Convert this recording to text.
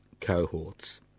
cohorts